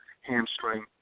hamstring